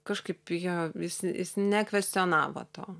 kažkaip jo jis jis nekvestionavo to